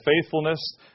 faithfulness